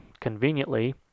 conveniently